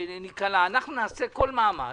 שניקלע אליו - אנחנו נעשה כל מאמץ,